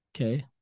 Okay